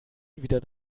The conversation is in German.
wieder